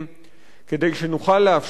כדי שנוכל לאפשר באמת